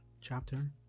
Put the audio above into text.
chapter